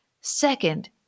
Second